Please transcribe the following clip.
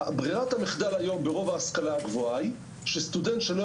ברירת המחדל היום ברוב ההשכלה הגבוהה היא שסטודנט שלא